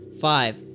Five